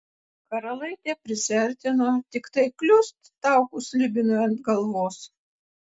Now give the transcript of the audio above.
karalaitė prisiartino tiktai kliust taukus slibinui ant galvos